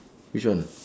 which one